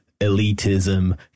elitism